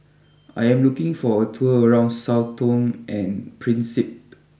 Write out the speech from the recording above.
I am looking for a tour around Sao Tome and Principe